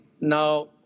now